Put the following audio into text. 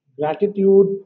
gratitude